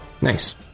Nice